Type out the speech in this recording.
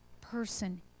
person